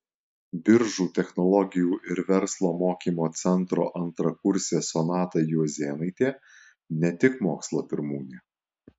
biržų technologijų ir verslo mokymo centro antrakursė sonata juozėnaitė ne tik mokslo pirmūnė